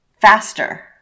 faster